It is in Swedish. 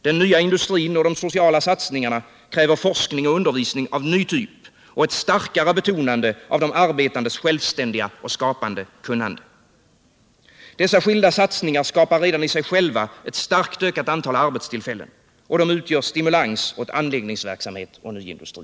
Den nya industrin och de sociala satsningarna kräver forskning och undervisning av en ny typ, ett starkare betonande av de arbetandes självständiga och skapande kunnande. Dessa skilda satsningar skapar redan i sig själva ett starkt ökat antal arbetstillfällen. De utgör en stimulans åt anläggningsverksamhet och ny industri.